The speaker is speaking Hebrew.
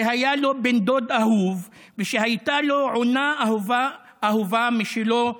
שהיה לו בן דוד אהוב ושהייתה לו עונה אהובה משלו בשנה,